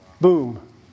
boom